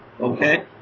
okay